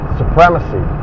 supremacy